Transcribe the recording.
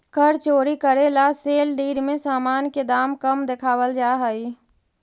कर चोरी करे ला सेल डीड में सामान के दाम कम देखावल जा हई